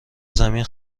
زمین